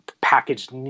packaged